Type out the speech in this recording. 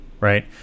Right